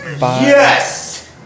Yes